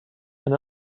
and